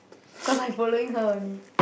cause I following her only